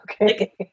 Okay